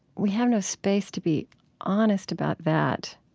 we have no space to be honest about that,